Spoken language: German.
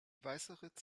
weißeritz